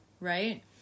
right